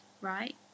right